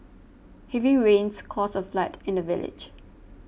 heavy rains caused a flood in the village